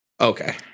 Okay